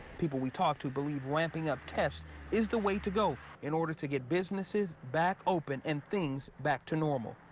people we talked to believe ramping up test is the way to go in order to get businesses back open and things back to normal.